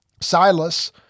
Silas